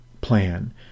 plan